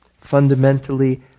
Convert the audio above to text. Fundamentally